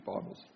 Bibles